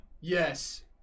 Yes